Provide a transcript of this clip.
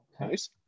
Nice